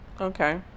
Okay